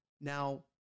Now